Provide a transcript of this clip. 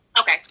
Okay